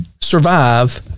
survive